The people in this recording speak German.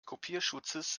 kopierschutzes